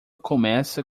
começa